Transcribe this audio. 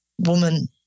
woman